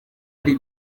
ari